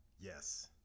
Yes